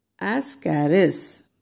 Ascaris